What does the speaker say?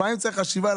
לפעמים צריך חשיבה,